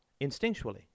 instinctually